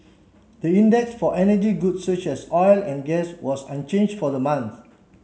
the index for energy goods such as oil and gas was unchanged for the month